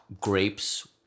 Grapes